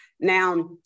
Now